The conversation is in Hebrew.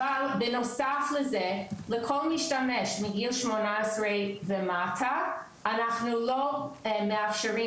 אבל בנוסף לזה לכל משתמש מגיל 18 ומטה אנחנו לא מאפשרים